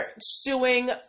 suing